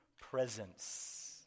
Presence